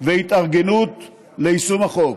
והתארגנות ליישום החוק.